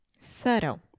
Subtle